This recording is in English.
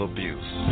Abuse